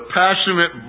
passionate